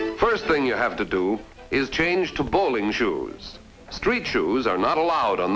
the first thing you have to do is change to bowling shoes street shoes are not allowed on